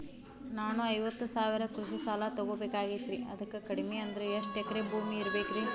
ನಾನು ಐವತ್ತು ಸಾವಿರ ಕೃಷಿ ಸಾಲಾ ತೊಗೋಬೇಕಾಗೈತ್ರಿ ಅದಕ್ ಕಡಿಮಿ ಅಂದ್ರ ಎಷ್ಟ ಎಕರೆ ಭೂಮಿ ಇರಬೇಕ್ರಿ?